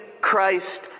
Christ